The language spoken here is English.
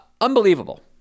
Unbelievable